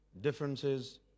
differences